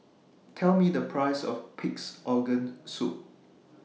Tell Me The Price of Pig'S Organ Soup